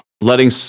Letting